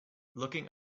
looking